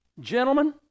gentlemen